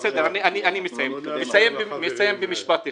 בסדר, אני מסיים במשפט אחד.